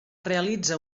realitza